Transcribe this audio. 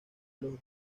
los